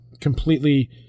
Completely